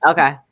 Okay